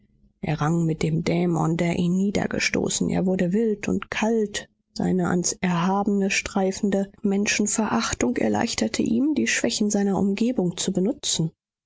er rang mit dem dämon der ihn niedergestoßen er wurde wild und kalt seine ans erhabene streifende menschenverachtung erleichterte ihm die schwächen seiner umgebung zu benutzen